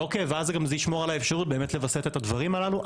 ואז זה ישמור על האפשרות באמת לווסת את הדברים הללו.